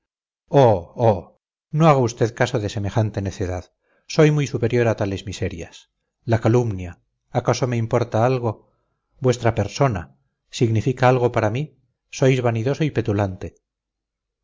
no haga caso de semejante necedad soy muy superior a tales miserias la calumnia acaso me importa algo vuestra persona significa algo para mí sois vanidoso y petulante